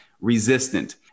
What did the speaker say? resistant